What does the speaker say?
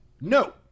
No